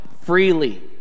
freely